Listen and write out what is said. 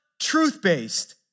truth-based